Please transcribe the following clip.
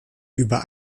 über